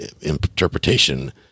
interpretation